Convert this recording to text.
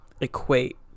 equate